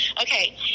Okay